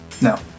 no